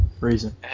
reason